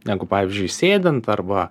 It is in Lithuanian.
negu pavyzdžiui sėdint arba